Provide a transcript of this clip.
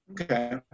okay